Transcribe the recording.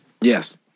Yes